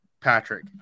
Patrick